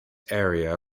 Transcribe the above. area